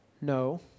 No